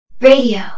Radio